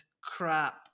crap